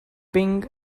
ping